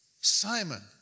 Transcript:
Simon